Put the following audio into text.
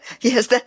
Yes